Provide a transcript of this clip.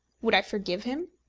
would i forgive him?